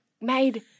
made